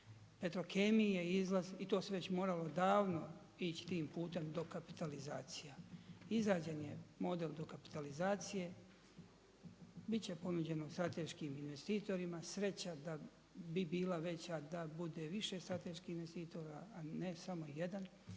Petrokemiji je izlaz i to se već moralo davno ići tim putem dokapitalizacija. Izrađen je model kapitalizacije, bit će ponuđeno stranim investitorima. Sreća bi bila veća da bude više strateških investitora, a ne samo jedan.